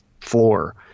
floor